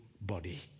body